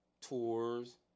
tours